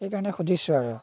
সেইকাৰণে সুধিছোঁ আৰু